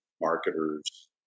marketers